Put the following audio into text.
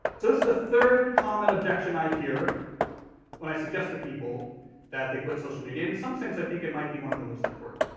so this is the third comment objection i hear when i suggest to people that they quit social media in some sense, i think it might be one of the most important.